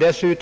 Det har under